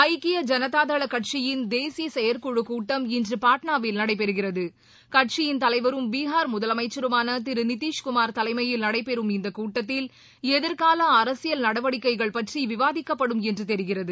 ஐக்கிய ஜனதாதள் கட்சியின் தேசியசெயற்குழக் கூட்டம் இன்றுபாட்னாவில் நடைபெறுகிறது கட்சியின் தலைவரும் பீகார் முதலமைச்சருமானதிருநிதிஷ் குமார் தலைமையில் நடைபெறும் இந்தக் கூட்டத்தில் எதிர்காலஅரசியல் நடவடிக்கைகள் பற்றிவிவாதிக்கப்படும் என்றுதெரிகிறது